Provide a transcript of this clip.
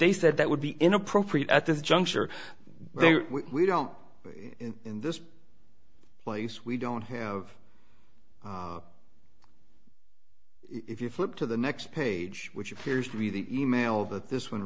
they said that would be inappropriate at this juncture where we don't in this place we don't have if you flip to the next page which appears to be the e mail that this one